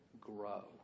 grow